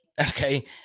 Okay